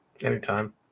Anytime